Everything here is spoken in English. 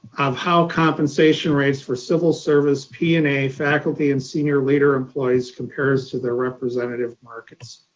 of how compensation rates for civil service, p and a, faculty and senior leader employees compares to their representative markets.